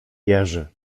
jerzy